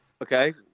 Okay